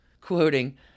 quoting